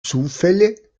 zufälle